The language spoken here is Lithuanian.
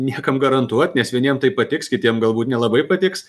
niekam garantuot nes vieniem tai patiks kitiem galbūt nelabai patiks